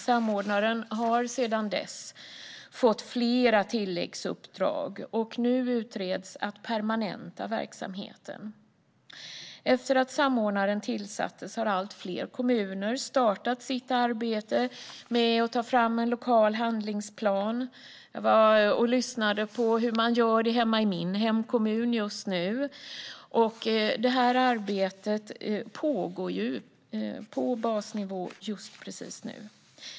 Samordnaren har sedan dess fått flera tilläggsuppdrag, och nu utreds möjligheten att permanenta verksamheten. Efter att samordnaren tillsattes har allt fler kommuner startat sitt arbete med att ta fram en lokal handlingsplan. Jag var nyligen i min hemkommun och lyssnade på hur man gör där. Det här arbetet pågår på basnivå just precis nu.